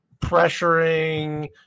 pressuring